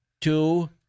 two